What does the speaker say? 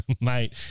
Mate